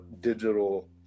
digital